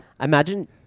Imagine